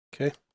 Okay